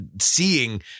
seeing